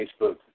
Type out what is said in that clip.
Facebook